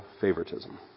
favoritism